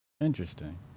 Interesting